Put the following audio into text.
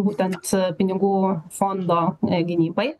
būtent pinigų fondo gynybai